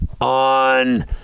on